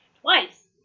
Twice